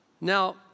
Now